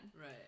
Right